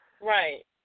Right